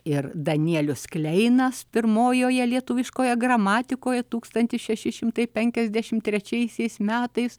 ir danielius kleinas pirmojoje lietuviškoje gramatikoje tūkstantis šeši šimtai penkiasdešimt trečiaisiais metais